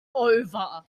over